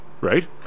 Right